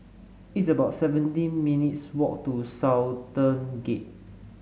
it's about seventeen minutes' walk to Sultan Gate